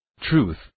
truth